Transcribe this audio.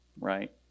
right